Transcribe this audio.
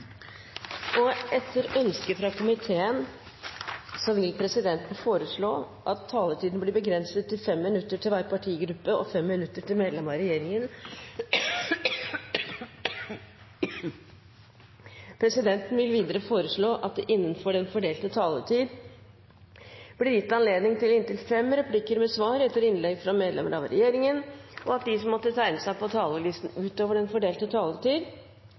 4. Etter ønske fra komiteen vil presidenten foreslå at taletiden blir begrenset til 5 minutter til hver partigruppe og 5 minutter til medlemmer av regjeringen. Videre vil presidenten foreslå at det – innenfor den fordelte taletid – blir gitt anledning til inntil fem replikker med svar etter innlegg fra medlemmer av regjeringen, og at de som måtte tegne seg på talerlisten utover den fordelte taletid,